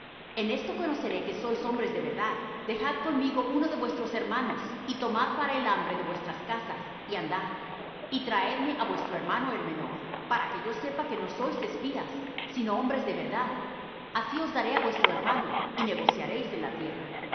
en esto conoceré que sois hombres de verdad dejad conmigo uno de vuestros hermanos y tomad para el hambre de vuestras casas y andad y traedme á vuestro hermano el menor para que yo sepa que no sois espías sino hombres de verdad así os daré á vuestro hermano y negociaréis en la tierra